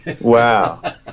wow